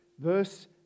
verse